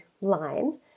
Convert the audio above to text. line